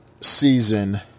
season